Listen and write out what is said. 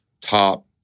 top